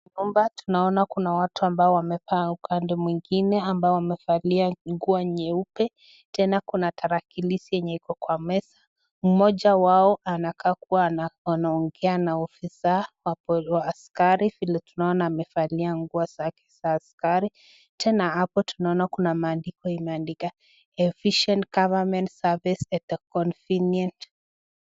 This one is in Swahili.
Hapa tunaona kuna watu wamekaa upande mwingine ambao wamevalia nguo nyeupe tena kuna tarakilishi yenye iko kwa meza. Mmoja wao anakaa kuwa anaongea na afisa wa askari vile tunaona amevalia zake za askari tena hapo tunaona kuna maandiko imeandikwa efficient government service at a convenience .